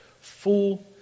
full